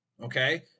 Okay